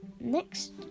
next